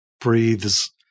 breathes